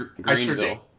Greenville